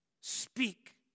speak